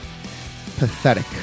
Pathetic